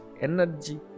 energy